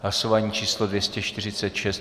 Hlasování číslo 246.